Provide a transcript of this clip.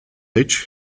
each